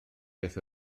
beth